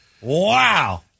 Wow